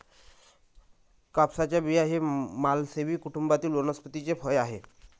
कापसाचे बिया हे मालवेसी कुटुंबातील वनस्पतीचे फळ आहे